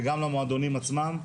וגם למועדונים עצמם.